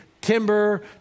timber